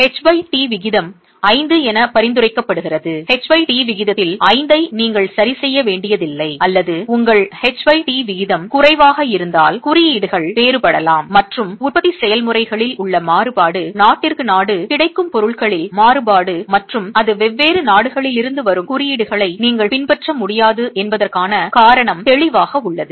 எனவே h by t விகிதம் 5 என பரிந்துரைக்கப்படுகிறது h பை t விகிதத்தில் 5 ஐ நீங்கள் சரிசெய்ய வேண்டியதில்லை அல்லது உங்கள் h பை t விகிதம் குறைவாக இருந்தால் குறியீடுகள் வேறுபடலாம் மற்றும் உற்பத்தி செயல்முறைகளில் உள்ள மாறுபாடு நாட்டிற்கு நாடு கிடைக்கும் பொருட்களின் மாறுபாடு மற்றும் அது வெவ்வேறு நாடுகளில் இருந்து வரும் குறியீடுகளை நீங்கள் பின்பற்ற முடியாது என்பதற்கான காரணம் தெளிவாக உள்ளது